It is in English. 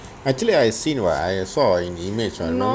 actually I have seen what I saw an image what